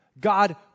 God